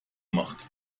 macht